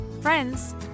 friends